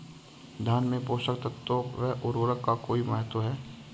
धान में पोषक तत्वों व उर्वरक का कोई महत्व है?